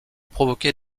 provoquer